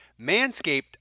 Manscaped